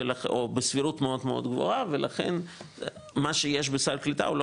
או בסבירות מאוד מאוד גבוה ולכן מה שיש בסל קליטה הוא לא